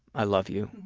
i love you.